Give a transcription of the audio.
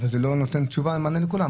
אבל זה לא נותן תשובה ומענה לכולם,